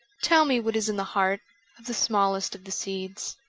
tell me what is in the heart of the smallest of the seeds.